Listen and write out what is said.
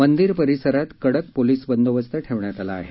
मंदीर परिसरात कडक पोलीस बंदोबस्त ठेवण्यात आला आहे